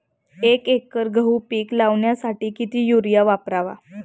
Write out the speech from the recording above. एक एकर गहू पीक लावण्यासाठी किती युरिया वापरावा?